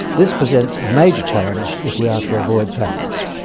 this presents a major challenge if we are to avoid famines.